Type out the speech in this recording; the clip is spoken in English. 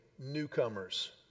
newcomers